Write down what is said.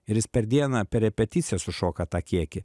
ir jis per dieną per repeticiją sušoka tą kiekį